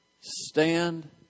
Stand